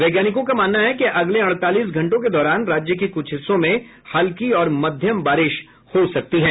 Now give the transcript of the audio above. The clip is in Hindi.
वैज्ञानिकों का मानना है कि अगले अड़तालीस घंटों के दौरान राज्य के कुछ हिस्सों में हल्की और मध्यम बारिश हो सकती है